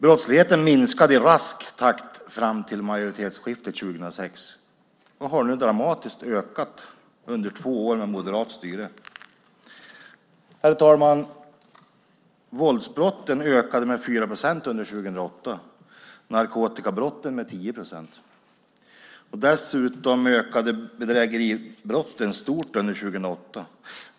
Brottsligheten minskade i rask takt fram till majoritetsskiftet 2006 och har nu dramatiskt ökat under två år med moderat styre. Herr talman! Våldsbrotten ökade med 4 procent under 2008, narkotikabrotten med 10 procent. Dessutom ökade bedrägeribrotten stort under 2008.